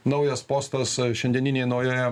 naujas postas šiandieninė nauja